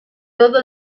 todo